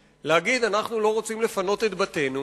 להגיד: אנחנו לא רוצים לפנות את בתינו,